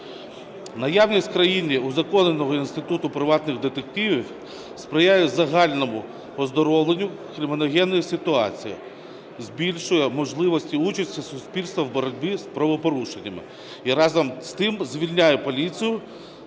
Наявність в країні узаконеного інституту приватних детективів сприяє загальному оздоровленню криміногенної ситуації, збільшує можливості участі суспільства в боротьбі з правопорушеннями і, разом з тим, звільняє поліцію